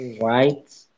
right